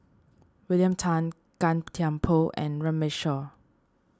William Tan Gan Thiam Poh and Runme Shaw